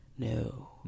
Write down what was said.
No